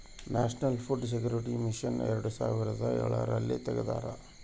national food security mission ಎರಡು ಸಾವಿರದ ಎಳರಲ್ಲಿ ತೆಗ್ದಾರ